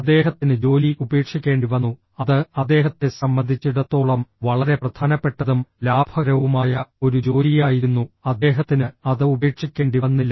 അദ്ദേഹത്തിന് ജോലി ഉപേക്ഷിക്കേണ്ടിവന്നു അത് അദ്ദേഹത്തെ സംബന്ധിച്ചിടത്തോളം വളരെ പ്രധാനപ്പെട്ടതും ലാഭകരവുമായ ഒരു ജോലിയായിരുന്നു അദ്ദേഹത്തിന് അത് ഉപേക്ഷിക്കേണ്ടിവന്നില്ല